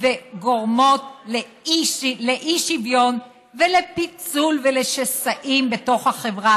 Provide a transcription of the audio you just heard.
וגורמות לאי-שוויון ולפיצול ולשסעים בתוך החברה,